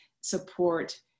support